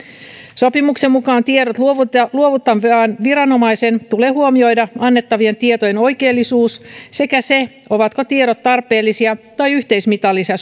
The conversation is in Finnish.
sopimuksen mukaan tiedot luovuttavan viranomaisen tulee huomioida annettavien tietojen oikeellisuus sekä se ovatko tiedot tarpeellisia tai yhteismitallisia